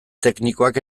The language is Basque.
teknikoak